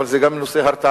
אבל זה גם נושא הרתעתי.